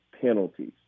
penalties